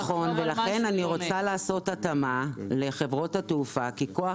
נכון ולכן אני רוצה לעשות התאמה לחברות התעופה כי כוח